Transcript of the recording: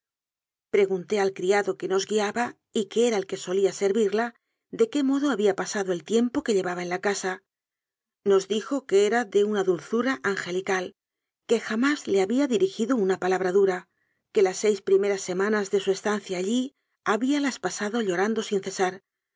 pregunté al criado que nos guiaba y que era el que solía servirla de qué modo había pasado el tiempo que llevaba en la casa nos dijo que era de una dulzura angelical que jamás le había dirigido una palabra dura que las seis primeras semanas de su estancia allí habíalas pasado llorando sin cesar